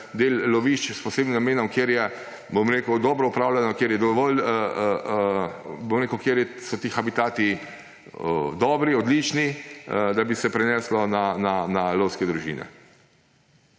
del lovišč s posebnim namenom, kjer je, bom rekel, dobro upravljano, kjer so ti habitati dobri, odlični, da bi se preneslo na lovske družine.